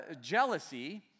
Jealousy